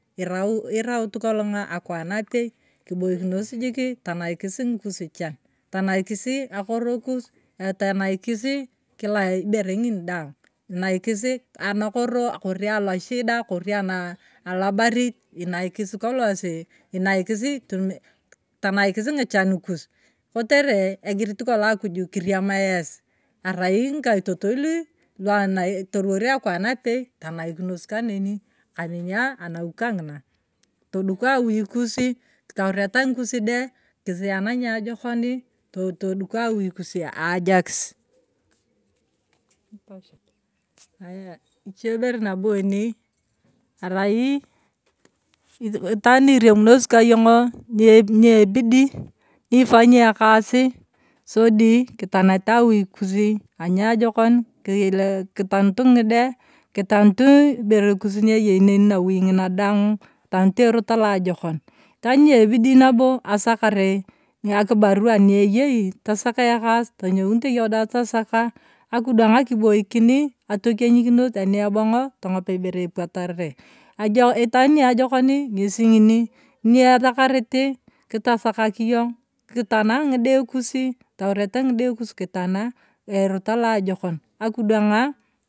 Irau, iraut kolong akwaan apei kiboikinos jiki tanaikisi ng’ukus chan, tanaikisi akoro kus, tanaikiri kila ibere ngini daaang, tanaikisi ankoro, ori aloshida, ori ana alobari, inaikis kolona esi inaikisi tanaikis ngichan, kotere egirit kolona akuju kiriama es arai ng’ikaitotoi torwar akwan apei tanaikos kaneni kaneni anawui kang’ina toduka awui kusi, toureta ng’ikus de kisiana niajokoni, toduko awui kusia ajakis, ichiebere nabo eken arai itaan niiremunosi kayong’o niebidi ni ifanyi ekasi sodi kitaneta awui kosi aniajokon kitanut ng’ide, kitanut ibere kus ni eyei nen nawui ng’ina daang kitanut alorot alaajokon, itaan ni ebidii nabo asakari ekibaruwa anieyei tasaka ekas, tonyounte yong dai tasaka akidwang akoboikini atekenyikinos aniebong’o tong’op ibere epuatarite itaan niajokoni ngesi ng’ini niesakariti, kitasakak yong, akitana ng’ide kusi taureta ng’ide kusi kitana erot aloojok akidwang’a.